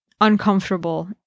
uncomfortable